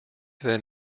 then